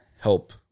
help